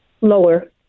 Lower